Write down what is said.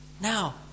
Now